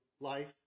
life